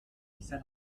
dieser